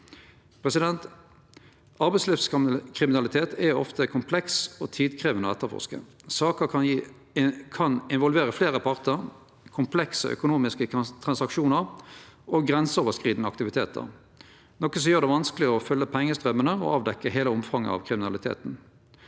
Arbeidslivskriminalitet er ofte kompleks og tidkrevjande å etterforske. Saker kan involvere fleire partar, komplekse økonomiske transaksjonar og grenseoverskridande aktivitetar, noko som gjer det vanskeleg å følgje pengestraumane og avdekkje heile omfanget av kriminaliteten.